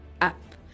up